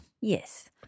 Yes